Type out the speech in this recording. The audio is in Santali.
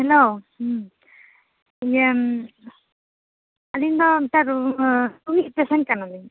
ᱦᱮᱞᱳ ᱦᱩᱸ ᱤᱭᱟᱹ ᱟᱹᱞᱤᱧ ᱫᱚ ᱨᱩᱭᱟᱹ ᱤᱡ ᱯᱮᱥᱮᱱᱴ ᱠᱟᱱᱟᱞᱤᱧ